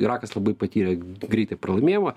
irakas labai patyrė greitai pralaimėjimą